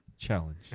challenge